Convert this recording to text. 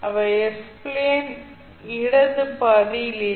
அவை s plane இடது பாதியில் இல்லை